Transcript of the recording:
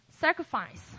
Sacrifice